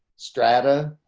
strata,